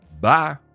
Bye